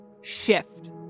shift